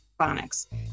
phonics